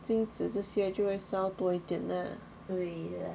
金纸这些就会烧多一点 lah